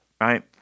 Right